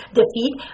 defeat